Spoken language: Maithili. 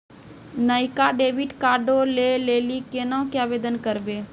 नयका डेबिट कार्डो लै लेली केना के आवेदन करबै?